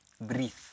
breathe